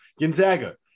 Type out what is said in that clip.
Gonzaga